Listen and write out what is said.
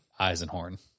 Eisenhorn